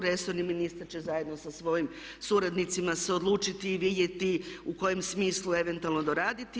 Resorni ministar će zajedno sa svojim suradnicima se odlučiti i vidjeti u kojem smislu eventualno doraditi.